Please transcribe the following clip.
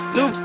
New